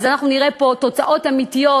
אז אנחנו נראה פה תוצאות אמיתיות,